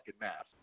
mask